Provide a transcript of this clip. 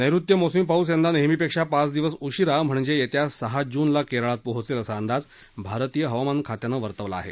नैऋत्य मोसमी पाऊस यंदा नेहमीपेक्षा पाच दिवस उशीरा म्हणजे येत्या सहा जूनला केरळात पोहोचेल असा अंदाज भारतीय हवामान खात्यानं वर्तवला आहे